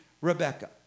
Rebecca